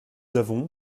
avons